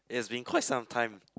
it's been quite some time